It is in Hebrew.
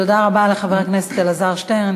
תודה רבה לחבר הכנסת אלעזר שטרן.